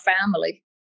family